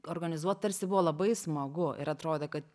organizuot tarsi buvo labai smagu ir atrodė kad